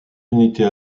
unités